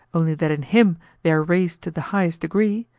only that in him they are raised to the highest degree,